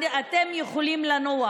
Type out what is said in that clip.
אתם יכולים לנוח,